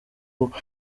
cup